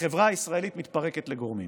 החברה הישראלית מתפרקת לגורמים.